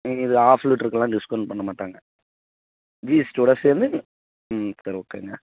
நீங்கள் இது ஆஃப் லிட்ருக்கெலாம் டிஸ்கவுண்ட் பண்ண மாட்டாங்க ஜிஎஸ்டியோடு சேர்ந்து ம் சரி ஓகேங்க